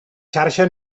xarxa